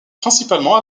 principalement